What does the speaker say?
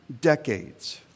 decades